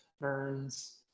burns